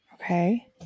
Okay